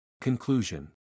Conclusion